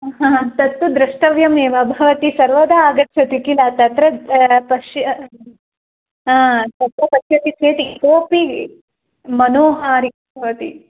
तत्तु द्रष्टव्यमेव भवती सर्वदा आगच्छति किल तत्र पश्य हा तत्र पश्यति चेत् इतोपि मनोहारी भवति